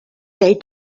they